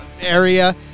area